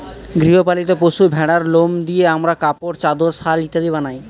গৃহ পালিত পশু ভেড়ার লোম দিয়ে আমরা কাপড়, চাদর, শাল ইত্যাদি বানাই